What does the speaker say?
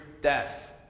death